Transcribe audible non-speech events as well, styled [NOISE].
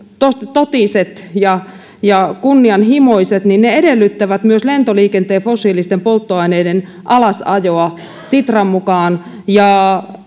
totiset ja ja kunnianhimoiset niin ne edellyttävät myös lentoliikenteen fossiilisten polttoaineiden alasajoa sitran mukaan ja [UNINTELLIGIBLE]